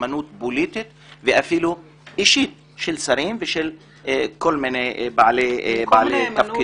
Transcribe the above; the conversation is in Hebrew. לנאמנות פוליטית ואפילו אישית של שרים ושל כל מיני בעלי תפקידים.